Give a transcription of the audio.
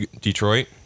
Detroit